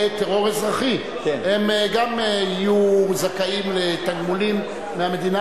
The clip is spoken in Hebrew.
טרור אזרחי הם גם יהיו זכאים לתגמולים מהמדינה,